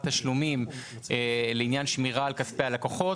תשלומים לעניין שמירה על כספי הלקוחות.